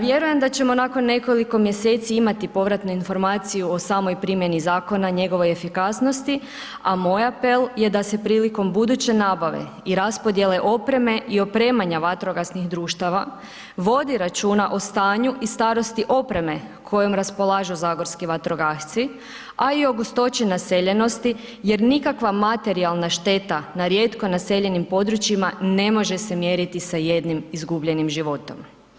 Vjerujem da ćemo nakon nekoliko mjeseci imati povratnu informaciju o samoj primjeni zakona i njegovoj efikasnosti, a moj apel je da se prilikom buduće nabave i raspodjele opreme i opremanja vatrogasnih društava vodi računa o stanju i starosti opreme kojom raspolažu zagorski vatrogasci, a i o gustoći naseljenosti jer nikakva materijalna šteta na rijetko naseljenim područjima ne može se mjeriti sa jednim izgubljenim životom.